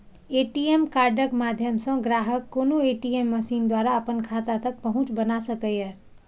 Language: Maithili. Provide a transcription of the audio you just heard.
ए.टी.एम कार्डक माध्यम सं ग्राहक कोनो ए.टी.एम मशीन द्वारा अपन खाता तक पहुंच बना सकैए